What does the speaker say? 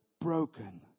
broken